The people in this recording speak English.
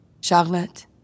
Charlotte